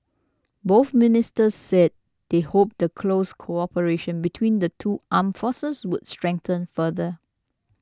both ministers said they hoped the close cooperation between the two armed forces would strengthen further